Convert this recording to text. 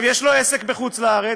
יש לו עסק בחוץ-לארץ,